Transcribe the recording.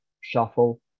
shuffle